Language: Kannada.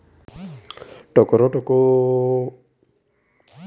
ಭತ್ತದ ಕೃಷಿಗೆ ಯಾವ ರಸಗೊಬ್ಬರ ಹಾಕಬೇಕು?